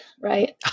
right